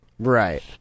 Right